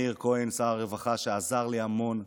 מאיר כהן, שר הרווחה, עזר לי המון,